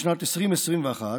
בשנת 2021,